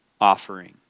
offering